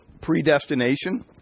predestination